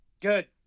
good